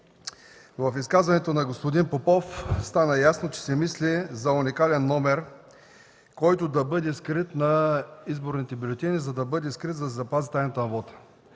в изказването на господин Попов стана ясно, че се мисли за уникален номер, който да бъде скрит на изборните бюлетини, за да запази тайната на вота.